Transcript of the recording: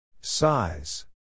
Size